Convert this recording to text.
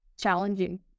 challenging